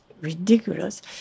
ridiculous